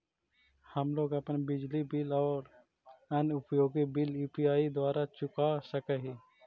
हम लोग अपन बिजली बिल और अन्य उपयोगि बिल यू.पी.आई द्वारा चुका सक ही